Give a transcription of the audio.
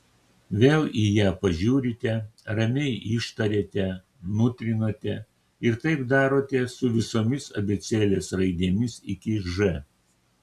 vėl į ją pažiūrite ramiai ištariate nutrinate ir taip darote su visomis abėcėlės raidėmis iki ž